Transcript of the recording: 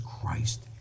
Christ